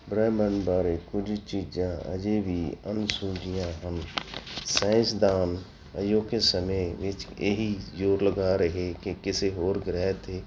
ਬ੍ਰਹਿਮੰਡ ਬਾਰੇ ਕੁਝ ਚੀਜ਼ਾਂ ਅਜੇ ਵੀ ਅਨਸੁਲਝੀਆਂ ਹਨ ਸਾਇੰਸਦਾਨ ਅਜੋਕੇ ਸਮੇਂ ਵਿੱਚ ਇਹ ਹੀ ਜੋਰ ਲਗਾ ਰਹੇ ਕਿ ਕਿਸੇ ਹੋਰ ਗ੍ਰਹਿ 'ਤੇ